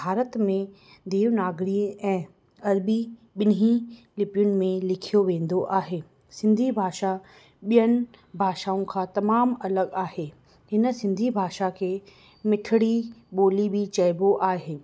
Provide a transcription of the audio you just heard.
भारत में देवनागिरी ऐं अर्बी ॿिन्ही लिपियुनि में लिखियो वेंदो आहे सिंधी भाषा ॿियनि भाषाऊं खां तमामु अलॻि आहे हिन सिंधी भाषा खे मिठिड़ी ॿोली बि चइबो आहे